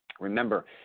Remember